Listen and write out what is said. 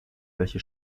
welche